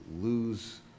lose